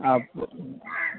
അപ്പോൾ